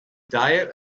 diet